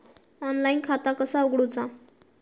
Online खाता कसा उगडूचा?